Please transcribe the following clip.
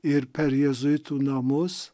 ir per jėzuitų namus